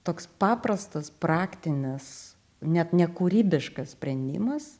toks paprastas praktinis net nekūrybiškas sprendimas